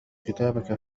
كتابك